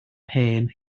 hen